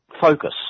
focus